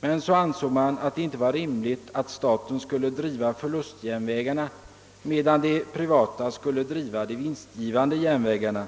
Men så ansåg man att det inte var rimligt att staten skulle driva förlustjärnvägarna, medan det privata skulle driva de vinstgivande.